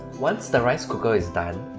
once the rice cooker is done,